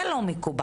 זה לא מקובל.